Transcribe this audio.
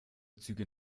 züge